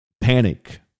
Panic